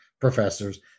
professors